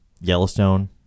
Yellowstone